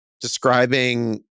describing